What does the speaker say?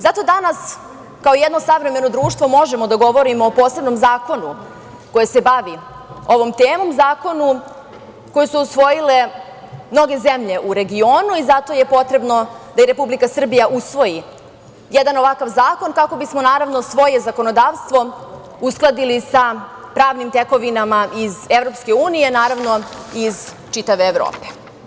Zato danas kao jedno savremeno društvo možemo da govorimo o posebnom zakonu koji se bavi ovom temom, zakonu koje su usvojile mnoge zemlje u regionu i zato je potrebno da i Republika Srbija usvoji jedan ovakav zakon kako bismo naravno svoje zakonodavstvo uskladili sa pravnim tekovinama iz Evropske unije, naravno i iz čitave Evrope.